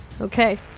okay